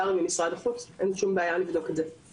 לבדוק מהן האפשרויות לאתר כיום עובדים בחו"ל